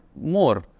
more